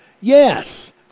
Yes